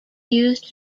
used